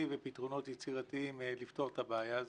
ופתרונות יצירתיים לפתור את הבעיה הזאת.